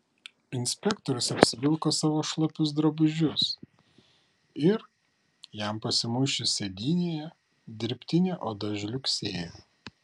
inspektorius apsivilko savo šlapius drabužius ir jam pasimuisčius sėdynėje dirbtinė oda žliugsėjo